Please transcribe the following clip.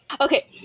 Okay